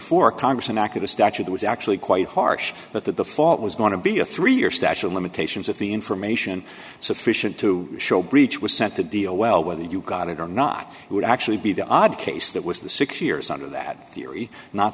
four congress enacted a statute was actually quite harsh but that the fault was going to be a three year statute of limitations of the information sufficient to show breach was sent to deal well whether you got it or not you would actually be the odd case that was the six years under that theory not